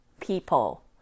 people